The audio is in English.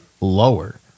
lower